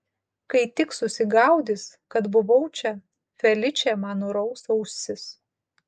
kai tik susigaudys kad buvau čia feličė man nuraus ausis